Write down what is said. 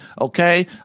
okay